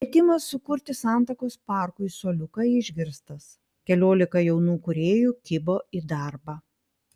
kvietimas sukurti santakos parkui suoliuką išgirstas keliolika jaunų kūrėjų kibo į darbą